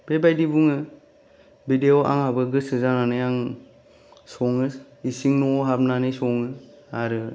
बेबायदि बुङो बिदियाव आंहाबो गोसो जानानै आं सङो इसिं न'वाव हाबनानै सङो आरो